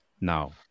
now